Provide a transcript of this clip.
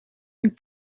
een